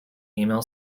email